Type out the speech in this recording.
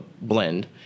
blend